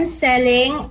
selling